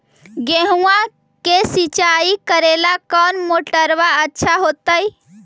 गेहुआ के सिंचाई करेला कौन मोटरबा अच्छा होतई?